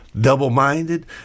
Double-minded